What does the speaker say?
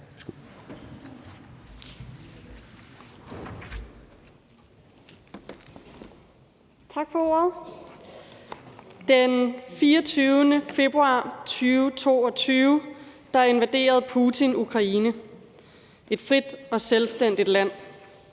Den 24. februar 2022 invaderede Putin Ukraine, et frit og selvstændigt land.